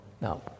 Now